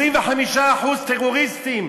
25% מהטרוריסטים,